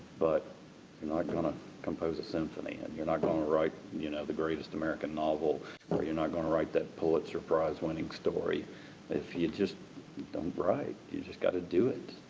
but, you're not going to compose a symphony and you're not going to write you know the greatest american novel or you're not going to write that pulitzer prize winning story if you just don't write. you've just got to do it.